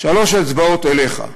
שלוש אצבעות אליך.